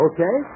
Okay